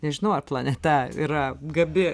nežinau ar planeta yra gabi